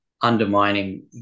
undermining